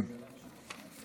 הצעת חוק